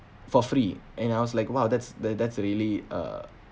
for free and I was like !wow! that's that that's really uh